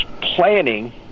planning